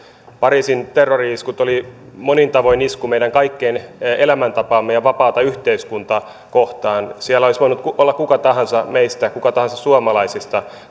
pariisin terrori iskut olivat monin tavoin isku meidän kaikkien elämäntapaa ja vapaata yhteiskuntaa kohtaan siellä olisi voinut olla kuka tahansa meistä kuka tahansa suomalaisista